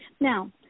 Now